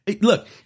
look